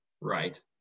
Right